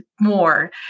more